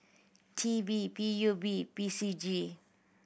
T P P U B P C G